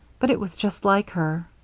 but it was just like her.